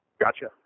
Gotcha